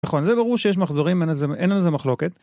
נכון, זה ברור שיש מחזורים, אין על זה מחלוקת